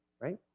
right